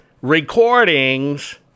recordings